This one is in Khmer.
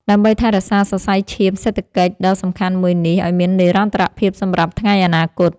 ដើម្បីថែរក្សាសរសៃឈាមសេដ្ឋកិច្ចដ៏សំខាន់មួយនេះឱ្យមាននិរន្តរភាពសម្រាប់ថ្ងៃអនាគត។